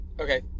Okay